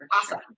awesome